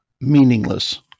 meaningless